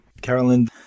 Carolyn